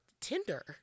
Tinder